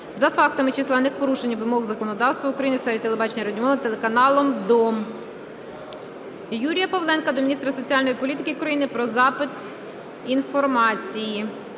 за фактами численних порушень вимог законодавства України у сфері телебачення і радіомовлення телеканалом "Дом". Юрія Павленка до міністра соціальної політики України про запит інформації.